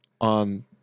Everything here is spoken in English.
on